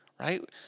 right